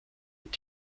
und